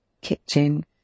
kitchen